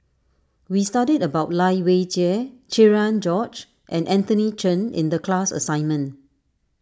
we studied about Lai Weijie Cherian George and Anthony Chen in the class assignment